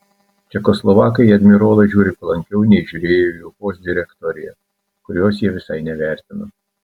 čekoslovakai į admirolą žiūri palankiau nei žiūrėjo į ufos direktoriją kurios jie visai nevertino